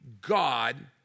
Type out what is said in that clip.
God